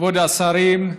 כבוד השרים,